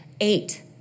eight